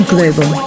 Global